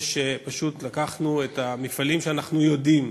לקחנו את המפעלים שאנחנו יודעים,